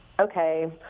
okay